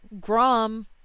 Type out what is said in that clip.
Grom